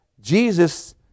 jesus